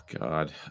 God